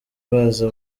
baza